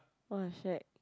!wah! shagged